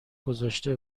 گذاشته